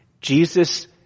Jesus